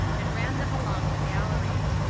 and ran them along the galleries.